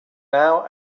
now